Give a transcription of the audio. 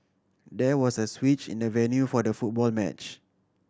there was a switch in the venue for the football match